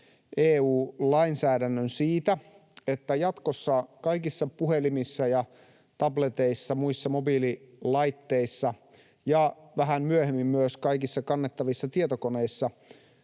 EU-lainsäädännön siitä, että jatkossa kaikissa puhelimissa ja tableteissa, muissa mobiililaitteissa ja vähän myöhemmin myös kaikissa kannettavissa tietokoneissa